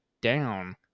down